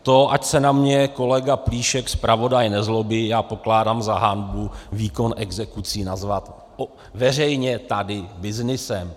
To, ať se na mě kolega Plíšek, zpravodaj, nezlobí, pokládám za hanbu, výkon exekucí nazvat veřejně tady byznysem.